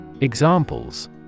Examples